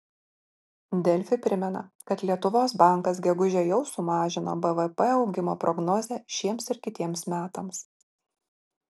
delfi primena kad lietuvos bankas gegužę jau sumažino bvp augimo prognozę šiems ir kitiems metams